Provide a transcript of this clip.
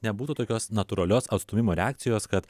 nebūtų tokios natūralios atstūmimo reakcijos kad